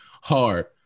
hard